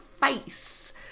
face